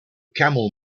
camel